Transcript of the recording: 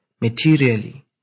materially